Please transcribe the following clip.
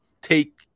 take